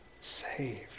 saved